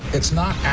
it's not